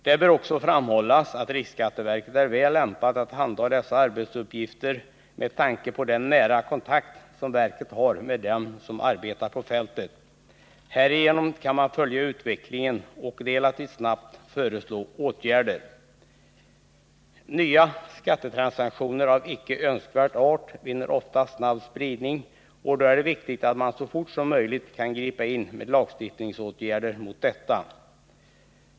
Det bör också framhållas att RSV är väl lämpat att handha dessa arbetsuppgifter med tanke på den nära kontakt som verket har med dem som arbetar på fältet. Härigenom kan man följa utvecklingen och relativt snabbt föreslå åtgärder. Nya skattetransaktioner av icke önskvärd art vinner ofta snabb spridning, och det är då viktigt att man så fort som möjligt kan gripa in med lagstiftningsåtgärder mot dessa.